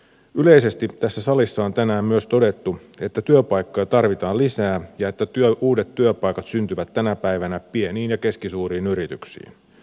yleisesti tässä salissa on tänään myös todettu että työpaikkoja tarvitaan lisää ja että uudet työpaikat syntyvät tänä päivänä pieniin ja keskisuuriin yrityksiin